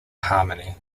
harmony